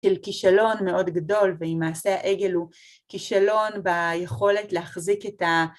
של כישלון מאוד גדול, ואם מעשה העגל הוא כישלון ביכולת להחזיק את ה...